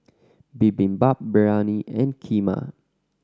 Bibimbap Biryani and Kheema